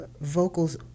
vocals